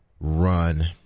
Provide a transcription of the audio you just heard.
run